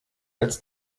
als